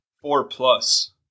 four-plus